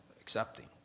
accepting